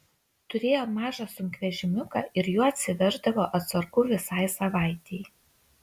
turėjo mažą sunkvežimiuką ir juo atsiveždavo atsargų visai savaitei